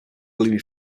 gloomy